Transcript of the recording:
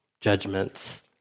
judgments